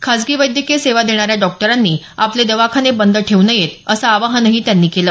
खासगी वैद्यकीय सेवा देणाऱ्या डॉक्टरांनी आपले दवाखाने बंद ठेवू नयेत असं आवाहनही त्यांनी केलं